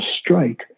strike